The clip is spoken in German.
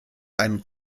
einen